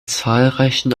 zahlreichen